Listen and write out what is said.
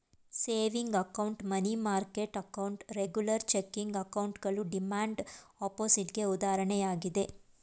saving account, money market account, regular checking ಅಕೌಂಟ್ಗಳು demand deposit ಗೆ ಉದಾಹರಣೆಯಾಗಿದೆ